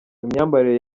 imyambarire